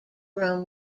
room